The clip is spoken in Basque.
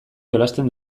jolasten